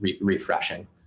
refreshing